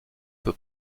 peut